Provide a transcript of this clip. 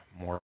more